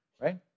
right